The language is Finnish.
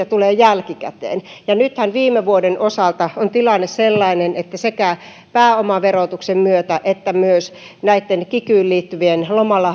tulee jälkikäteen ja nythän viime vuoden osalta on tilanne sellainen että sekä pääomaverotuksen myötä että myös näitten kikyyn liittyvien